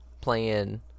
playing